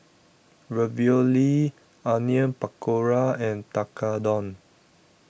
Ravioli Onion Pakora and Tekkadon